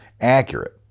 accurate